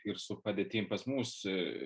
ir su padėtim pas mus